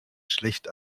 schlecht